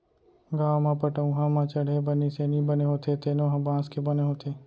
गाँव म पटअउहा म चड़हे बर निसेनी बने होथे तेनो ह बांस के बने होथे